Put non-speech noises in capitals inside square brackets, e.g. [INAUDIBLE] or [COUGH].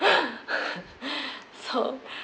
[LAUGHS] so